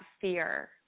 fear